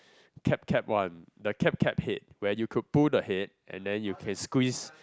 cap cap one the cap cap head where you could pull the head and you can squeeze